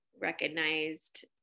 recognized